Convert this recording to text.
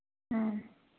ꯎꯝ